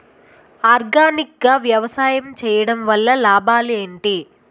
Organic గా వ్యవసాయం చేయడం వల్ల లాభాలు ఏంటి?